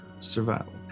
survival